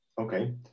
Okay